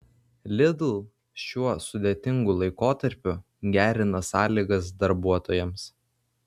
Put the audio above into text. lidl šiuo sudėtingu laikotarpiu gerina sąlygas darbuotojams